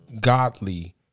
godly